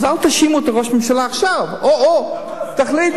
אז אל תאשימו את ראש הממשלה עכשיו, או-או, תחליטו.